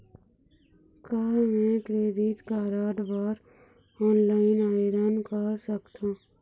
का मैं credit card बर ऑनलाइन आवेदन कर सकथों?